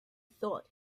thought